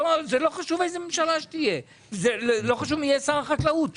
לא חשוב איזו ממשלה תהיה ולא חשוב מי יהיה שר החקלאות.